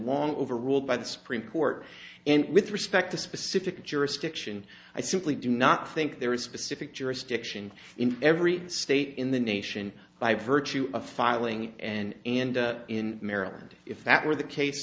long over ruled by the supreme court and with respect to specific jurisdiction i simply do not think there is specific jurisdiction in every state in the nation by virtue of filing and and in maryland if that were the case